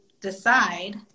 decide